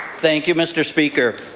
thank you, mr. speaker.